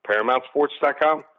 paramountsports.com